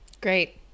Great